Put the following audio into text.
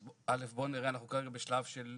אז א' בואו נראה, אנחנו כרגע בשלב של